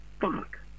fuck